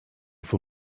for